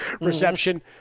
reception